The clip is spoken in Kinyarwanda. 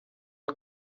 aka